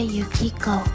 Yukiko